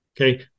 Okay